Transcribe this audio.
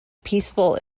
peaceful